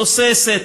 תוססת,